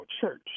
church